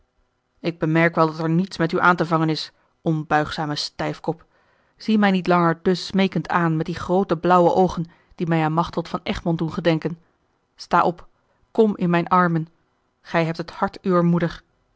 ik bemerk wel dat er niets met u aan te vangen is onbuigzame stijfkop zie mij niet langer dus smeekend aan met die groote blauwe oogen die mij aan machteld van egmond doen gedenken sta op kom in mijne armen gij hebt het hart uwer moeder